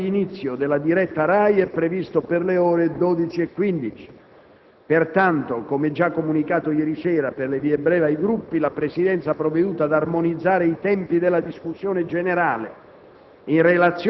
L'orario d'inizio della diretta RAI è previsto per le ore 12,15. Pertanto, come già comunicato ieri sera per le vie brevi ai Gruppi, la Presidenza ha provveduto ad armonizzare i tempi della discussione generale